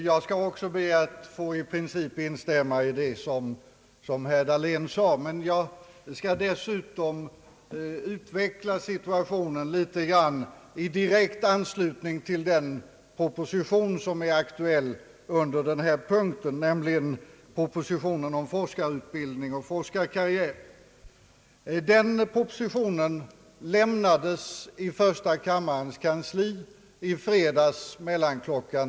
Herr talman! Jag skall också i princip instämma i vad herr Dahlén yttrade. Jag vill desutom behandla frågan i direkt anslutning till den proposition som är aktuell under denna punkt. Det gäller propositionen om forskarutbildning och forskarkarriär. Denna proposition lämnades till första kammarens kansli i fredags mellan kl.